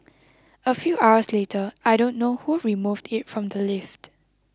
a few hours later I don't know who removed it from the lift